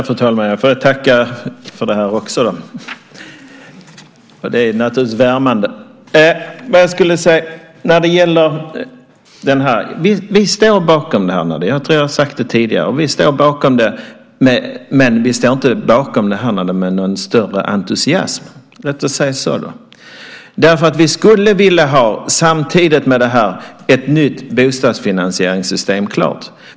Fru talman! Jag får tacka för det. Det är naturligtvis värmande. Vi står bakom det här - jag tror att jag har sagt det tidigare - men vi gör det inte med någon större entusiasm. Så kan vi säga. Vi skulle samtidigt med det här vilja ha ett nytt bostadsfinansieringssystem klart.